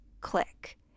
click